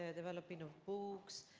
ah developing of books,